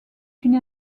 une